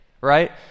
Right